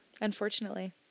Unfortunately